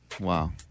Wow